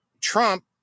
Trump